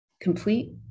complete